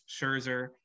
Scherzer